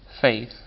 faith